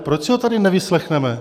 Proč si ho tady nevyslechneme?